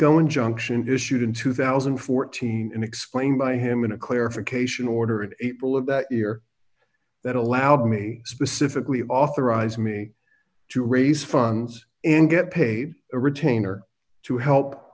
rico injunction issued in two thousand and fourteen and explained by him in a clarification order in april of that year that allowed me specifically authorized me to raise funds and get paid a retainer to help